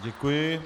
Děkuji.